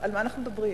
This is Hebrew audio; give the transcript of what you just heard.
על מה אנחנו מדברים?